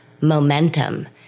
momentum